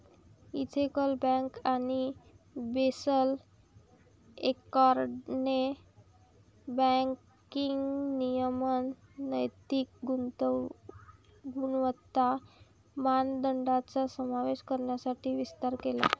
ethical bank आणि Basel एकॉर्डने banking नियमन नैतिक गुणवत्ता मानदंडांचा समावेश करण्यासाठी विस्तार केला